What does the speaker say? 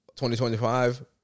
2025